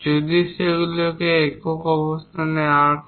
যদি সেগুলি একক অবস্থানে আর্ক হয়